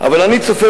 אבל אני צופה,